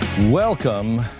Welcome